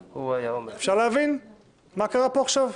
אפשר להבין מה קרה פה עכשיו?